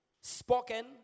spoken